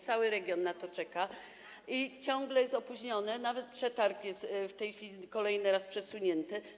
Cały region na nią czeka i ciągle jest opóźnienie, nawet przetarg został w tej chwili kolejny raz przesunięty.